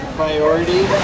priority